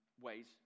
ways